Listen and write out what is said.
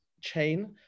chain